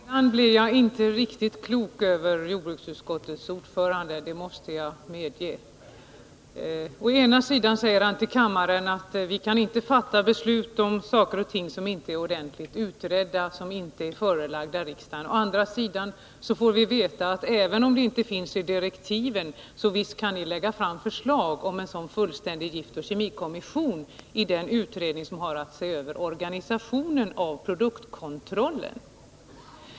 Herr talman! Ibland är jag inte riktigt på det klara med vad jordbruksutskottets ordförande menar, det måste jag medge. Å ena sidan säger han till kammaren att vi inte kan fatta beslut om saker som inte har blivit ordentligt utredda och förelagts riksdagen, å andra sidan får vi veta att vi visst, även om det inte finns med i direktiven, kan lägga fram förslag om en fullständig giftoch kemikommission i den utredning som har att se över organisationen av produktkontrollen.